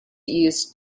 used